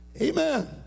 Amen